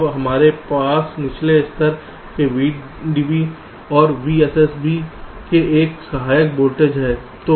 अब हमारे पास निचले स्तर के VDV और VSSV में एक सहायक वोल्टेज है